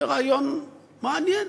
זה רעיון מעניין,